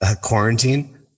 quarantine